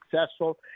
successful